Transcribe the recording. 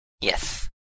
Yes